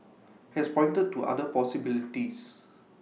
has pointed to other possibilities